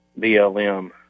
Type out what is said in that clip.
BLM